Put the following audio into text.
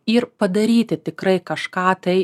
ir padaryti tikrai kažką tai